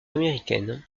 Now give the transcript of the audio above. américaine